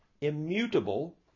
immutable